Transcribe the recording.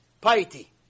piety